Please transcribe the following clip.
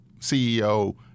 CEO